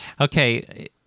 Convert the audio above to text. okay